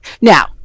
now